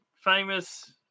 famous